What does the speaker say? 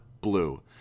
blue